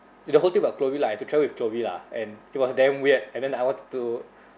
the whole trip about chloe lah I have to travel with chloe lah and it was damn weird and then I wanted to